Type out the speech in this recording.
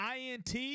INT